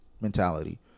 mentality